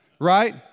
right